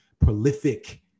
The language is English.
prolific